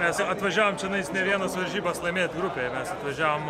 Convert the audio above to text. mes atvažiavom čionais ne vienas varžybas laimėt grupėje mes atvažiavom